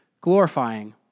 glorifying